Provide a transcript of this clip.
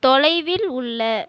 தொலைவில் உள்ள